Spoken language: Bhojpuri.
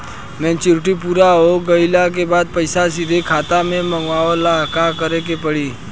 मेचूरिटि पूरा हो गइला के बाद पईसा सीधे खाता में मँगवाए ला का करे के पड़ी?